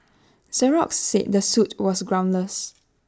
Xerox said the suit was groundless